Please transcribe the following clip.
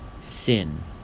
sin